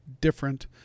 different